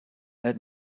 let